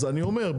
אז אני אומר,